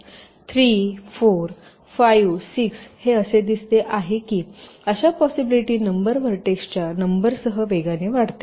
3 4 5 6 हे असे दिसते आहे की अशा पोसिबिलीटी नंबर व्हर्टेक्सच्या नंबरसह वेगाने वाढते